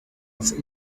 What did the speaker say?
after